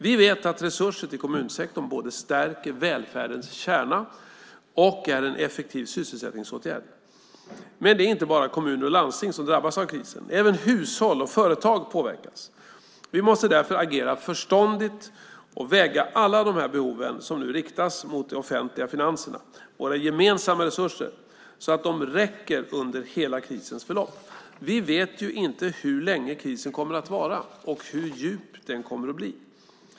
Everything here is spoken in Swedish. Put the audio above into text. Vi vet att resurser till kommunsektorn både stärker välfärdens kärna och är en effektiv sysselsättningsåtgärd. Men det är inte bara kommuner och landsting som drabbas av krisen. Även hushåll och företag påverkas. Vi måste därför agera förståndigt och väga alla de behov som nu riktas mot de offentliga finanserna, våra gemensamma resurser, så att de räcker under hela krisens förlopp. Vi vet ju inte hur länge krisen kommer att vara och hur djup den kommer att bli.